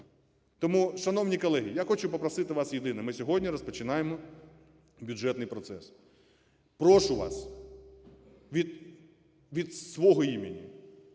Тому, шановні колеги, я хочу попросити вас єдине. Ми сьогодні розпочинаємо бюджетний процес. Прошу вас від свого імені